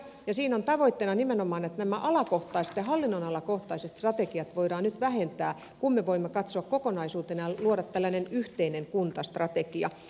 siinä on tavoitteena nimenomaan että nämä alakohtaiset ja hallinnonalakohtaiset strategiat voidaan nyt vähentää kun me voimme katsoa kokonaisuutena ja luoda tällaisen yhteisen kuntastrategian